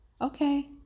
Okay